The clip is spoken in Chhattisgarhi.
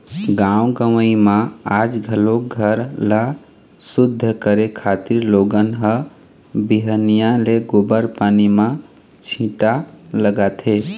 गाँव गंवई म आज घलोक घर ल सुद्ध करे खातिर लोगन ह बिहनिया ले गोबर पानी म छीटा लगाथे